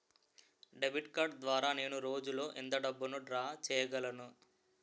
Debit card ద్వారా నేను రోజు లో ఎంత డబ్బును డ్రా చేయగలను?